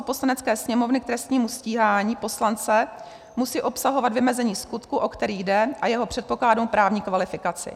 Poslanecké sněmovny k trestnímu stíhání poslance musí obsahovat vymezení skutku, o který jde, a jeho předpokladům k právní kvalifikaci.